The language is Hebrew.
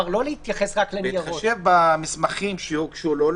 "בהתחשב במסמכים שהוגשו לו,